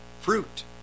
fruit